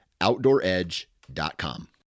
OutdoorEdge.com